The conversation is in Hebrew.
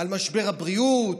על משבר הבריאות?